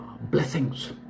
blessings